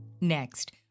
Next